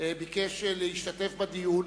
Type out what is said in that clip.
להשתתף בדיון,